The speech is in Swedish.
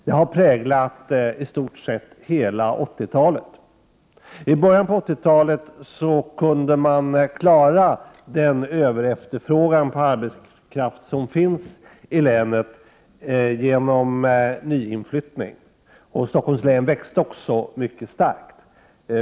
Det har präglat i stort sett hela 1980-talet. I början på 1980-talet kunde man klara den överefterfrågan på arbetskraft som fanns i länet genom nyinflyttning. Stockholms län växte också mycket starkt.